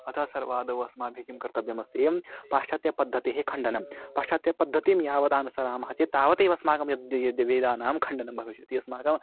अतः सर्वादौ अस्माभिः किं कर्तव्यम् अस्तीयं पाश्चात्यपद्धतेः खण्डनं पाश्चात्यपद्धतिं यावदनुसरामः चेत् तावदेव अस्माकं यद् यद् वेदानां खण्डनं भविष्यति अस्माकम्